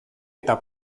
eta